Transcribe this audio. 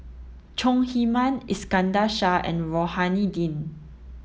Chong Heman Iskandar Shah and Rohani Din